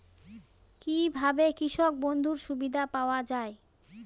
কি ভাবে কৃষক বন্ধুর সুবিধা পাওয়া য়ায়?